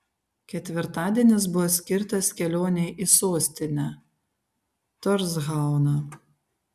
ketvirtadienis buvo skirtas kelionei į sostinę torshauną